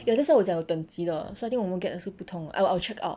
ya that's why 我讲有等级的 so I think get 的是不同的 I I will check out